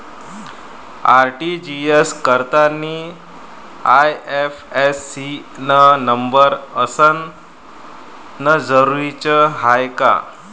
RTGS करतांनी IFSC न number असनं जरुरीच हाय का?